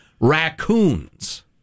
Raccoons